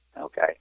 okay